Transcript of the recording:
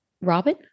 Robin